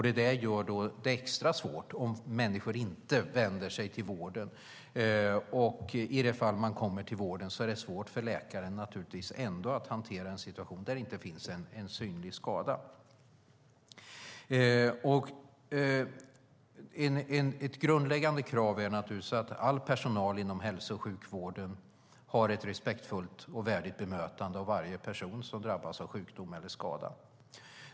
Det gör det extra svårt om människor inte vänder sig till vården, och i de fall de kommer till vården är det ändå svårt för läkaren att hantera en situation där det inte finns någon synlig skada. Ett grundläggande krav är att all personal inom hälso och sjukvården har ett respektfullt och värdigt bemötande av varje person som drabbas av sjukdom eller skada.